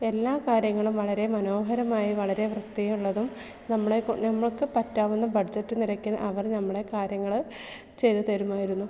എല്ലാ കാര്യങ്ങളും വളരെ മനോഹരമായി വളരെ വൃത്തിയുള്ളതും നമ്മളെ നമ്മൾക്ക് പറ്റാവുന്ന ബഡ്ജറ്റ് നിരക്കി അവർ നമ്മളെ കാര്യങ്ങൾ ചെയ്തു തരുമായിരുന്നു